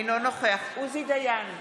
אינו נוכח עוזי דיין,